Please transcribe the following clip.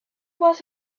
was